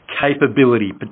capability